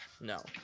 No